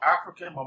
African